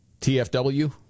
TFW